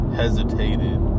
hesitated